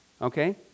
Okay